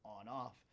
on-off